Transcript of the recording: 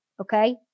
Okay